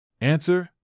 Answer